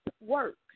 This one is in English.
work